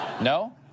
No